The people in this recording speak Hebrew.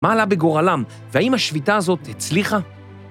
מה עלה בגורלם והאם השביתה הזאת הצליחה?